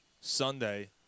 Sunday